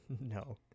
No